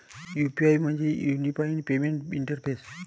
UPI म्हणजे unified payment interface